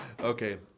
Okay